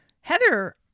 Heather